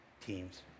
teams